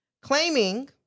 claiming